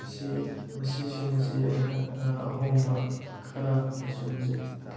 ꯃꯁꯤ ꯃꯁꯤꯁꯤꯡ ꯑꯁꯤ ꯑꯩꯍꯥꯛ ꯑꯍꯣꯡꯕ ꯈꯔ ꯑꯁꯤ ꯎꯖꯩ